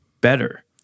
better